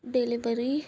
delivery